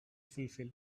fulfill